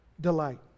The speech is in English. delight